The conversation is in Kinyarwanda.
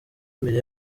imbere